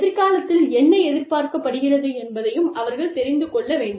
எதிர்காலத்தில் என்ன எதிர்பார்க்கப்படுகிறது என்பதையும் அவர்கள் தெரிந்து கொள்ள வேண்டும்